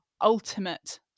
ultimate